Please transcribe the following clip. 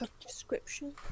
description